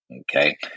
okay